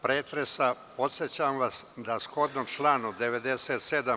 pretresa podsećam vas da shodno članu 97.